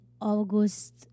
August